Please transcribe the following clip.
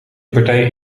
partij